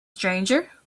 stranger